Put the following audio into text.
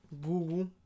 Google